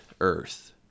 Earth